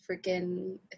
freaking